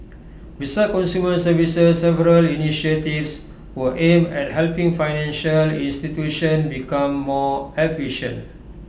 besides consumer services several initiatives were aimed at helping financial institutions become more efficient